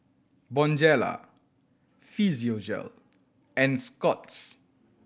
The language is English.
Bonjela Physiogel and Scott's